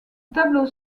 tableau